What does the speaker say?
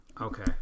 Okay